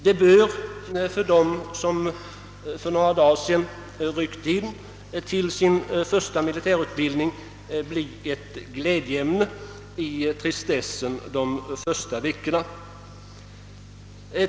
Det bör för dem, som för några dagar sedan ryckte in till sin första militärutbildning, bli ett glädjeämne i tristessen de första veckorna.